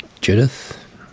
Judith